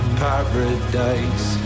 paradise